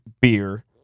beer